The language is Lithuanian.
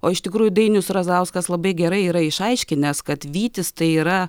o iš tikrųjų dainius razauskas labai gerai yra išaiškinęs kad vytis tai yra